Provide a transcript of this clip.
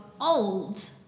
old